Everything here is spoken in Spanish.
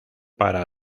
para